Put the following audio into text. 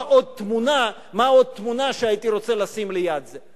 איזו עוד תמונה הייתי רוצה לשים ליד זה.